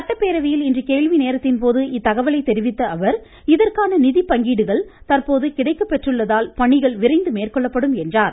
சட்டப்பேரவையில் இன்று கேள்வி நேரத்தின்போது இத்தகவலை தெரிவித்த அவர் இதற்கான நிதிப்பங்கீடுகள் தற்போது கிடைக்கப்பெற்றுள்ளதால் பணிகள் விரைந்து மேற்கொள்ளப்படும் என்றார்